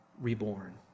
reborn